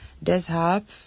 Deshalb